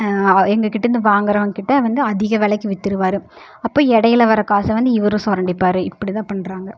எங்கள் கிட்டேருந்து வாங்குறவங்க கிட்டே வந்து அதிக விலைக்கு விற்றுருவாரு அப்போ இடையில வர காசை வந்து இவரும் சுரண்டிப்பாரு இப்படி தான் பண்ணுறாங்க